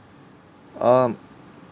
um